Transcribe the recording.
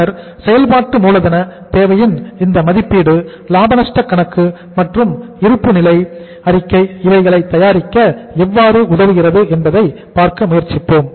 பின்னர் செயல்பாட்டு மூலதன தேவையின் இந்த மதிப்பீடு லாப நஷ்ட கணக்கு மற்றும் இருப்பு நிலை அறிக்கை இவைகளை தயாரிக்க எவ்வாறு உதவுகிறது என்பதை பார்க்க முயற்சிப்போம்